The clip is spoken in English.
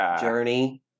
journey